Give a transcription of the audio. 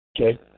Okay